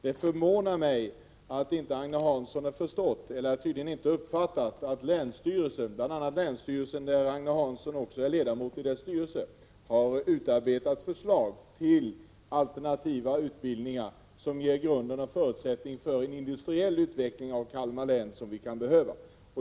Det förvånar mig att Agne Hansson tydligen inte uppfattat att bl.a. länsstyrelsen — av vars styrelse Agne Hansson är ledamot — har utarbetat förslag till alternativa utbildningar som ger förutsättningar för en industriell utveckling av Kalmar län, vilket vi kan behöva.